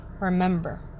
Remember